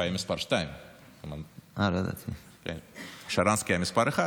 הוא היה מס' 2. שרנסקי היה מס' 1,